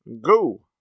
go